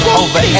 over